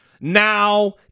now